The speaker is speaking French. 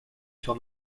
sur